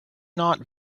not